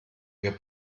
wir